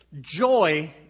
joy